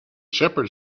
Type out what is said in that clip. shepherd